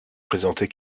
présenter